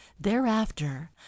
thereafter